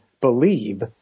believe